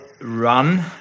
run